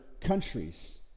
countries